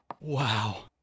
Wow